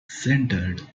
centered